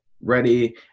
ready